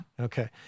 Okay